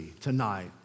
tonight